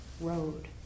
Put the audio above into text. Road*